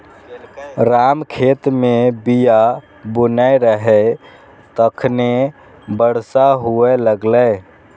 राम खेत मे बीया बुनै रहै, तखने बरसा हुअय लागलै